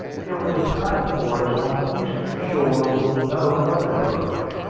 it was a pine forest on the eastern shore, with no underbrush.